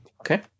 Okay